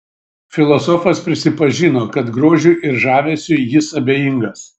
filosofas prisipažino kad grožiui ir žavesiui jis abejingas